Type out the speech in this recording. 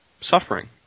suffering